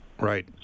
Right